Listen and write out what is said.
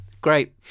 Great